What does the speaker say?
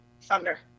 Thunder